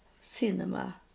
cinema